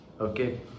okay